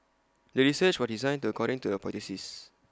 the research was designed according to the hypothesis